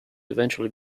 eventually